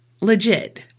legit